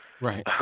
Right